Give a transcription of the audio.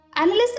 Analysts